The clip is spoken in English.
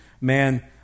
man